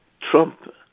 Trump